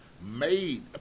Made